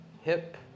hip